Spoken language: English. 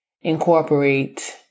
incorporate